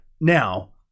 Now